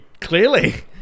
clearly